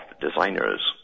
designers